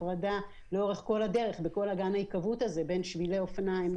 הפרדה לאורך כל הדרך בכל אגן היקוות הזה בין שבילי אופניים,